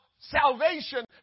salvation